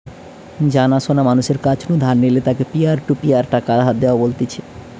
জানা শোনা মানুষের কাছ নু ধার নিলে তাকে পিয়ার টু পিয়ার টাকা ধার দেওয়া বলতিছে